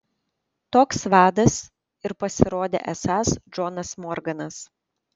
toks vadas ir pasirodė esąs džonas morganas